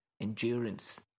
endurance